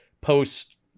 post